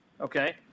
Okay